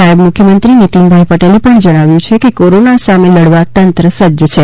નાયબ મુખ્યમંત્રી નીતીનભાઈ પટેલે પણ જણાવ્યું છે કે કોરોના સામે લડવા તંત્ર સજ્જ છે